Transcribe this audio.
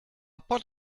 pot